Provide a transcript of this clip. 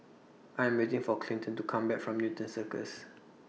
I Am waiting For Clinton to Come Back from Newton Circus